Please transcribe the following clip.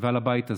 ועל הבית הזה.